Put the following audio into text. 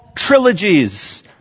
trilogies